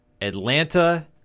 Atlanta